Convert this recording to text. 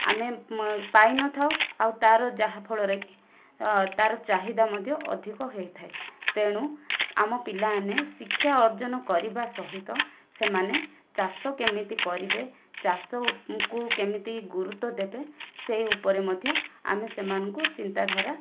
ଆମେ ପାଇନଥାଉ ଆଉ ତା'ର ଯାହାଫଳରେ କି ତା'ର ଚାହିଦା ମଧ୍ୟ ଅଧିକ ହେଇଥାଏ ତେଣୁ ଆମ ପିଲାମାନେ ଶିକ୍ଷା ଅର୍ଜନ କରିବା ସହିତ ସେମାନେ ଚାଷ କେମିତି କରିବେ ଚାଷକୁ କେମିତି ଗୁରୁତ୍ୱ ଦେବେ ସେଇ ଉପରେ ମଧ୍ୟ ଆମେ ସେମାନଙ୍କୁ ଚିନ୍ତାଧାରା